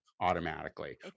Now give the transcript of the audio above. automatically